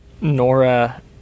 Nora